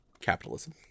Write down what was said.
capitalism